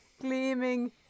gleaming